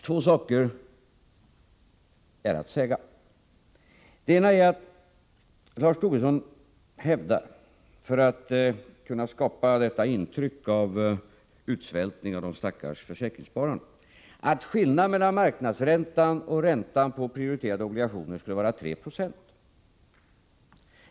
Först och främst hävdar Lars Tobisson, för att kunna skapa detta intryck av utsvältning av de stackars försäkringsspararna, att skillnaden mellan marknadsräntan och räntan på prioriterade obligationer skulle vara 3 Jo.